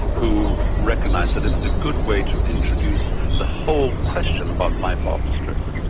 who recognised that it was a good way to introduce the whole question about life after stroke,